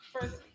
first